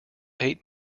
eight